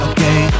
Okay